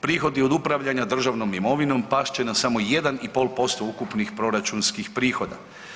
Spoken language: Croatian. Prihodi od upravljanja državnom imovinom past će na samo 1,5% ukupnih proračunskih prihoda.